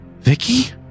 Vicky